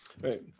Right